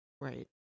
right